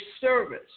service